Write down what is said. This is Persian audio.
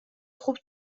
خوب